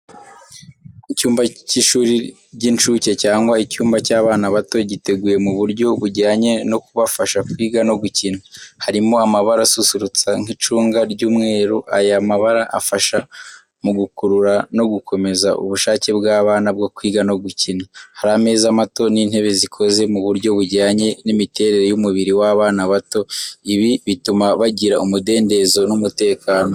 Icyumba cy’ishuri ry’incuke cyangwa icyumba cy’abana bato, giteguye mu buryo bujyanye no kubafasha kwiga no gukina. Harimo amabara asusurutsa nk’icunga n’umweru aya mabara afasha mu gukurura no gukomeza ubushake bw’abana bwo kwiga no gukina. Hari ameza mato n’intebe zikoze mu buryo bujyanye n’imiterere y’umubiri w’abana bato ibi bituma bagira umudendezo n’umutekano.